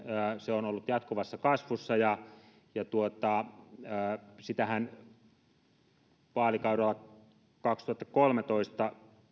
se on ollut jatkuvassa kasvussa ja sitähän kaksituhattakolmetoista